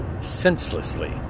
senselessly